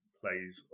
plays